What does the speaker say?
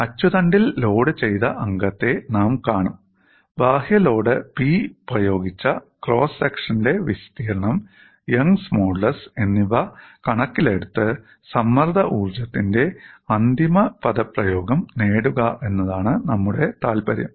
അച്ചുതണ്ടിൽ ലോഡുചെയ്ത അംഗത്തെ നാം കാണും ബാഹ്യ ലോഡ് 'P' പ്രയോഗിച്ച ക്രോസ് സെക്ഷന്റെ വിസ്തീർണ്ണം യങ്സ് മോഡുലസ് എന്നിവ കണക്കിലെടുത്ത് സമ്മർദ്ദ ഊർജ്ജത്തിന്റെ അന്തിമ പദപ്രയോഗം നേടുക എന്നതാണ് നമ്മുടെ താൽപര്യം